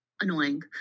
annoying